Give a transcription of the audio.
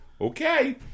okay